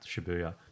shibuya